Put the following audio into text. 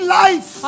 life